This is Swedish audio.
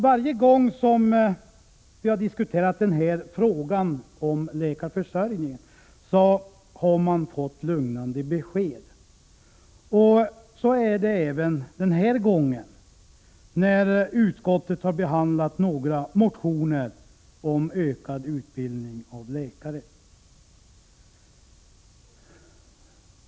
Varje gång som vi diskuterar frågan om läkarförförsörjningen har vi fått lugnande besked. Så även den här gången, när utskottet har behandlat några motioner om ökad utbildning av läkare.